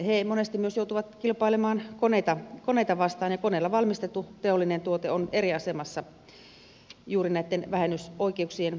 he monesti myös joutuvat kilpailemaan koneita vastaan ja koneilla valmistettu teollinen tuote on eri asemassa juuri näitten vähennysoikeuksien puolesta